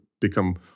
become